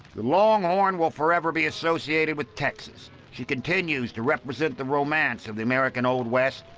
the longhorn will for ever be associated with texas. she continues to represent the romance of the american old west.